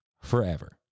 forever